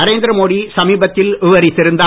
நரேந்திர மோடி சமீபத்தில் விவரித்திருந்தார்